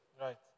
Right